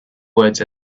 words